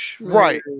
Right